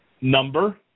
Number